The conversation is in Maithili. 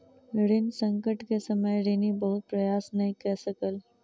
ऋण संकट के समय ऋणी बहुत प्रयास नै कय सकल